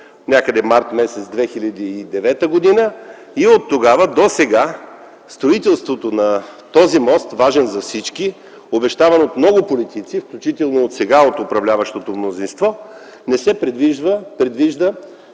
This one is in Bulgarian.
– през март 2009 г. Оттогава досега строителството на този важен за всички мост, обещавано от много политици, включително от сега управляващото мнозинство, не се предвижда